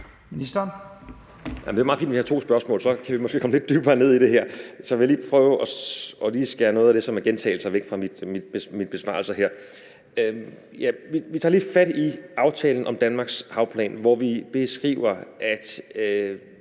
Det er meget fint, der kan stilles to spørgsmål, for så kan vi måske komme lidt dybere ned i det her. Jeg vil prøve at skære noget af det, som er gentagelser, væk fra min besvarelse her. Jeg vil lige tage fat i aftalen om Danmarks havplan, hvor vi skriver, at